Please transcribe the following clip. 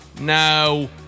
No